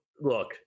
look